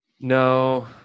No